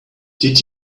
did